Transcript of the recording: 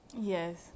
Yes